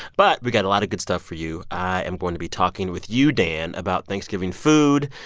but we got a lot of good stuff for you. i am going to be talking with you, dan, about thanksgiving food.